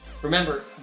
Remember